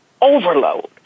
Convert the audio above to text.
overload